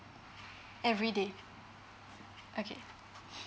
every day okay